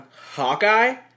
Hawkeye